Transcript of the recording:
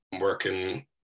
working